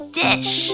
dish